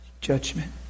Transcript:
judgment